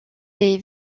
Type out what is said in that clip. est